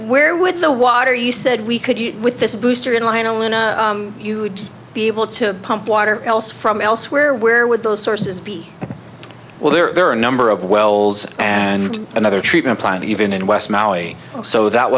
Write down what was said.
we're with the water you said we could you with this booster in line only you would be able to pump water else from elsewhere where would those sources be well there are a number of wells and another treatment plant even in west maui so that